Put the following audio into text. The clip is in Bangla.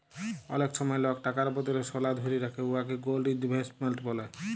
অলেক সময় লক টাকার বদলে সলা ধ্যইরে রাখে উয়াকে গোল্ড ইলভেস্টমেল্ট ব্যলে